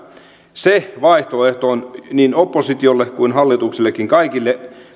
se vaihtoehto on niin oppositiolle kuin hallituksellekin kaikille